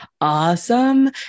awesome